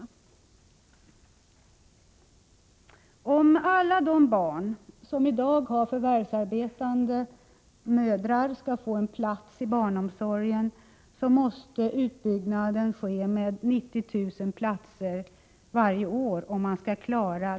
Om man till 1990 skall klara målsättningen att alla de barn som har förvärvsarbetande mödrar skall få en plats inom barnomsorgen, måste utbyggnaden ske med 90 000 platser per år.